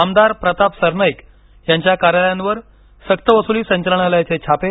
आमदार प्रताप सरनाईक यांच्या कार्यालयांवर सक्तवसूली संचालनालयाचे छापे